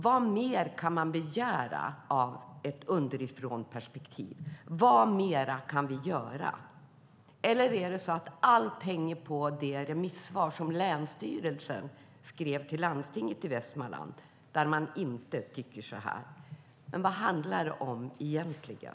Vad mer kan man begära av ett underifrånperspektiv? Vad mer kan vi göra? Eller är det så att allt hänger på det remissvar som länsstyrelsen skrev till landstinget i Västmanland där man inte tycker så här? Vad handlar det om egentligen?